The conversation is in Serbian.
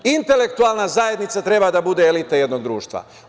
Intelektualna zajednica treba da bude elita jednog društva.